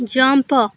jump